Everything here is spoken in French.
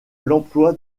l’emploi